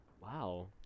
Wow